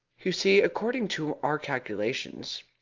you see, according to our calculations,